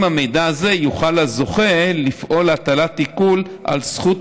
עם המידע הזה יוכל הזוכה לפעול להטלת עיקול על זכות